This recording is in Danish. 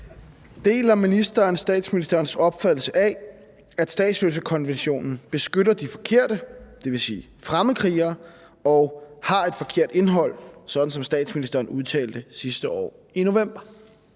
statsministerens opfattelse af, at statsløsekonventionen »beskytter de forkerte«, dvs. fremmedkrigere, og »har et forkert indhold«, sådan som statsministeren udtalte sidste år i november?